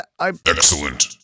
Excellent